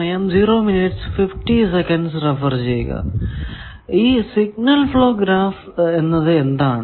ഇനി signal flow graph എന്നത് എന്താണ്